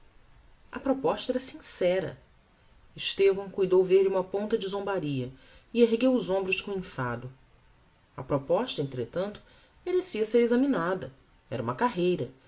a proposta era sincera estevão cuidou ver-lhe uma ponta de zombaria e ergueu os hombros com enfado a proposta entretanto merecia ser examinada era uma carreira